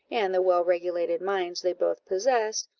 and the well-regulated minds they both possessed,